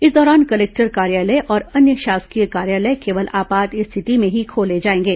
इस दौरान कलेक्टर कार्यालय और अन्य शासकीय कार्यालय केवल आपात स्थिति में ही खोले जाएंगे